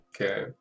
okay